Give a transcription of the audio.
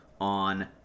on